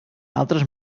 altres